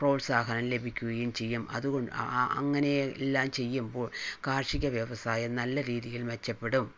പ്രോത്സാഹനം ലഭിക്കുകയും ചെയ്യും അതുകൊണ്ട് അങ്ങനെയെല്ലാം ചെയ്യുമ്പോൾ കാർഷിക വ്യവസായം നല്ല രീതിയിൽ മെച്ചപ്പെടും